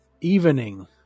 evening